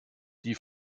die